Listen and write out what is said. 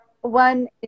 one